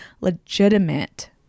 legitimate